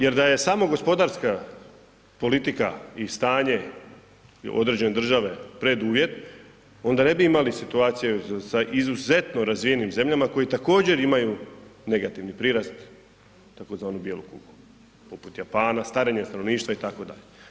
Jer da je samo gospodarska politika i stanje određene države preduvjet onda ne bi imali situacije sa izuzetno razvijenim zemljama koje također imaju negativni prirast tzv. bijelu kugu poput Japana, starenje stanovništva itd.